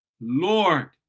Lord